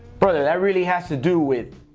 brother, that really has to do with,